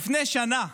לפני שנה,